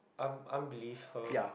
un~ unbelive her